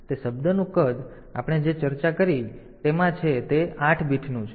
તેથી તે શબ્દનું કદ આપણે જે પણ ચર્ચા કરી છે તેમાં છે તે આઠ બીટ શબ્દ છે